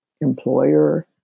employer